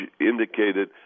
indicated